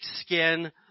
skin